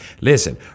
Listen